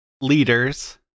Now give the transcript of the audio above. leaders